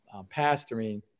pastoring